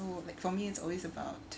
so like for me it's always about